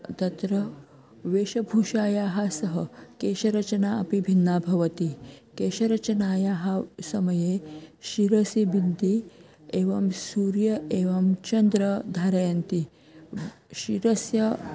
तत्र वेशभूषायाः सह केशरचना अपि भिन्ना भवति केशरचनायाः समये शिरसि बिन्दि एवं सूर्यं एवं चन्द्रं धारयन्ति शिरसः